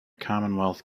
commonwealth